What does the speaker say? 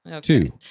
Two